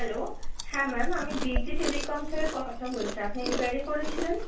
hello হ্যাঁ ma'am আমি Digi Telecom থেকে কথা বলছি আপনি এনকোয়ারি করে ছিলেন